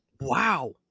wow